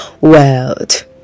world